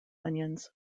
onions